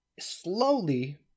slowly